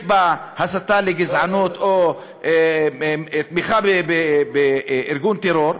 בה הסתה לגזענות או תמיכה בארגון טרור,